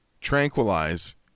tranquilize